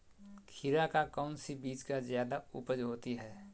खीरा का कौन सी बीज का जयादा उपज होती है?